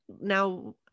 now